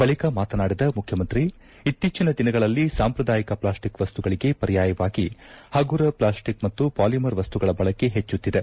ಬಳಿಕ ಮಾತನಾದಿದ ಮುಖ್ಯಮಂತ್ರಿ ಇತ್ತೀಚಿನ ದಿನಗಳಲ್ಲಿ ಸಾಂಪ್ರದಾಯಿಕ ಪ್ಲಾಸ್ಟಿಕ್ ವಸ್ತುಗಳಿಗೆ ಪರ್ಯಾಯವಾಗಿ ಹಗುರ ಪ್ಲಾಸ್ಟಿಕ್ ಮತ್ತು ಪಾಲಿಮರ್ ವಸ್ತುಗಳ ಬಳಕೆ ಹೆಚ್ಚುತ್ತಿದೆ